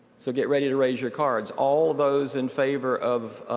so get ready to raise your cards. all those in favor of